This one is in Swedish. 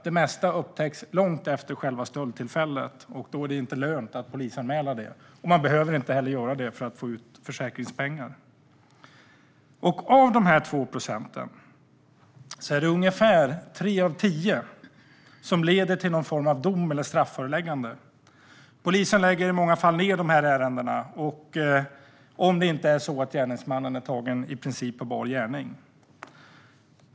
Det mesta upptäcks nämligen långt efter själva stöldtillfället. Då är det inte lönt att polisanmäla. Man behöver inte heller göra det för att få ut försäkringspengar. Bland dessa 2 procent är det ungefär tre av tio ärenden som leder till någon form av dom eller strafföreläggande. Polisen lägger i många fall ned ärendena om det inte är så att gärningsmannen i princip är tagen på bar gärning.